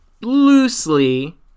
loosely